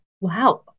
Wow